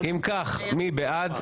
אם כך, מי בעד?